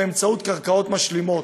באמצעות קרקעות משלימות.